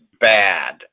bad